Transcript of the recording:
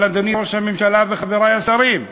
אבל, אדוני ראש הממשלה וחברי השרים,